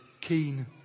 keen